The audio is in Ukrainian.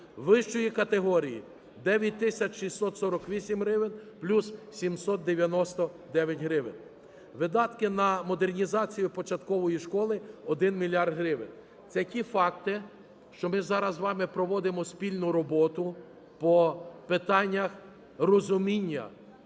вищої категорії – 9 тисяч 648 гривень – плюс 799 гривень. Видатки на модернізацію початкової школи – 1 мільярд гривень. Це ті факти, що ми зараз з вами проводимо спільну роботу по питаннях розуміння